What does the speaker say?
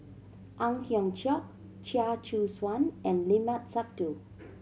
Ang Hiong Chiok Chia Choo Suan and Limat Sabtu